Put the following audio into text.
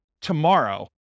tomorrow